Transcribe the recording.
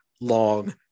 long